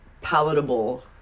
palatable